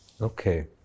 Okay